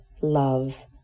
love